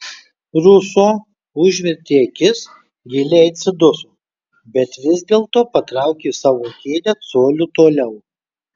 ruso užvertė akis giliai atsiduso bet vis dėlto patraukė savo kėdę coliu toliau